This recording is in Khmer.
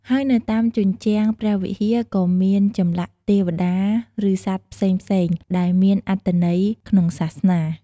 ហើយនៅតាមជញ្ជាំងព្រះវិហាក៏មានចម្លាក់ទេវតា ឬសត្វផ្សេងៗ ដែលមានអត្ថន័យលក្នុងសាសនា។